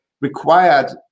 required